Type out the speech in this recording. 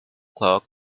clock